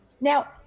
Now